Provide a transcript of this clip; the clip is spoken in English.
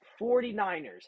49ers